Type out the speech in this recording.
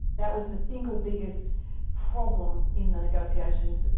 that was the single biggest problem in the negotiations,